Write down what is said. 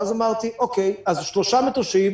ואז אמרתי: אוקיי, אז שלושה מטושים